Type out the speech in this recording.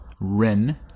Ren